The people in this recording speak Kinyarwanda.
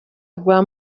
rwa